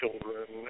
children